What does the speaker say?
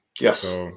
Yes